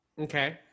okay